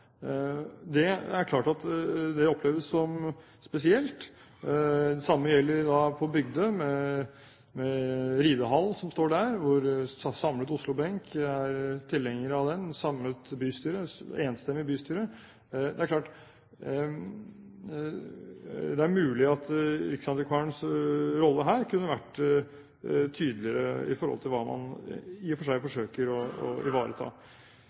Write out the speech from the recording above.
Det er klart at det oppleves som spesielt. Det samme gjelder på Bygdøy med ridehallen som står der. En samlet Oslo-benk er tilhenger av den – et samlet, enstemmig bystyre. Det er klart at det er mulig at riksantikvarens rolle her kunne ha vært tydeligere i forhold til hva man i og for seg forsøker å ivareta. For å